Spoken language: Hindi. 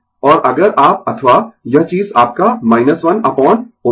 और अगर आप अथवा यह चीज आपका 1 अपोन ω c R